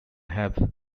have